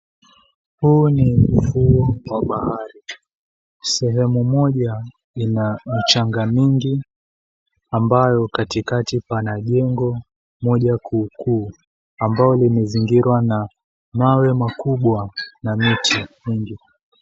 Huu ni ufuo wa bahari. Sehemu moja ina michanga mingi ambayo katikati pana jengo moja kuukuu ambayo imezingirwa na mawe makubwa na miti mingi.